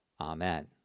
Amen